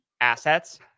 assets